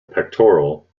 pectoral